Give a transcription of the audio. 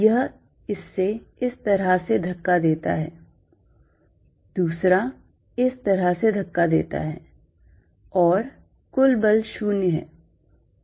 यह इसे इस तरह से धक्का देता है दूसरा इस तरह से धक्का देता है और कुल बल 0 है